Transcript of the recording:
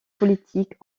politiques